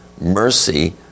mercy